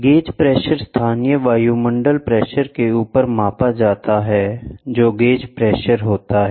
gauge pressure स्थानीय वायुमंडलीय pressure के ऊपर मापा जाता है जो गेज प्रेशर है